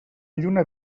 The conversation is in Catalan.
lluna